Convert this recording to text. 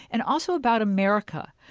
and also about america.